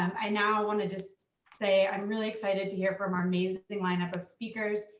i now want to just say i'm really excited to hear from our amazing lineup of speakers.